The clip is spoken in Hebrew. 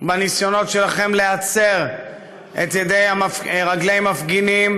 בניסיונות שלכם להצר את רגלי מפגינים,